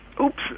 oops